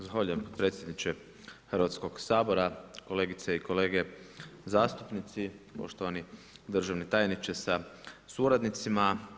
Zahvaljujem potpredsjedniče Hrvatskog sabora, kolegice i kolege zastupnici, poštovani državni tajniče sa suradnicima.